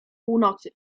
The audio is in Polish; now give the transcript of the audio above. północy